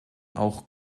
auch